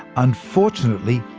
unfortunately,